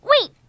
Wait